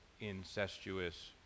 incestuous